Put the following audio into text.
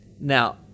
Now